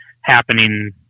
happening